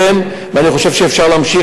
ועכשיו הולכים ואומרים שאנחנו בהמות.